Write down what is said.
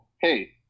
hey